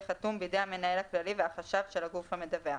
חתום בידי המנהל הכללי והחשב של הגוף המדווח,